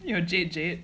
you are jade jade